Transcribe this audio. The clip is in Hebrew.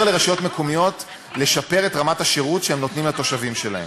ולאפשר לרשויות מקומיות לשפר את רמת השירות שהן נותנות לתושבים שלהן.